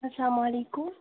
السلامُ علیکُم